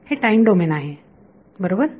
हे time domain आहे बरोबर